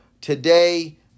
today